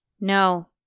No